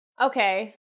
okay